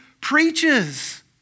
preaches